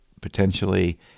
potentially